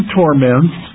torments